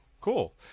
Cool